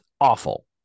awful